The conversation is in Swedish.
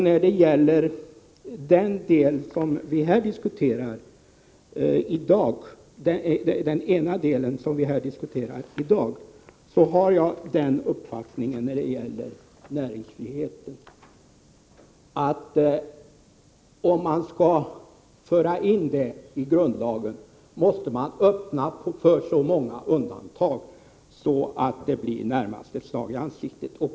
När det gäller det vi diskuterar här i dag har jag uppfattningen, att om frågan om näringsfriheten skall föras in i grundlagen, måste man öppna för så många undantag att det närmast blir ett slag i luften.